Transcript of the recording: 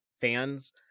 fans